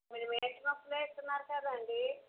మీరు మీటర్ ముక్కలే ఇస్తున్నారు కదండి